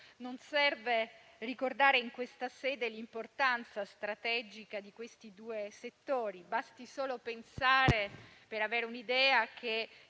Non serve ricordare in questa sede l'importanza strategica di questi due settori. Basti solo pensare - per avere un'idea - che il